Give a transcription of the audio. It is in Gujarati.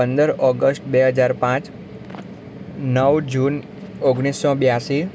પંદર ઓગસ્ટ બે હજાર પાંચ નવ જૂન ઓગણીસો બ્યાસી